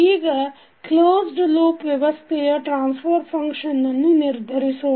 ಈಗ closed loop ವ್ಯವಸ್ಥೆಯ transfer function ಅನ್ನು ನಿರ್ಧರಿಸೋಣ